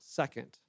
second